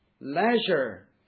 leisure